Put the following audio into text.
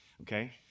okay